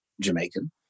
Jamaican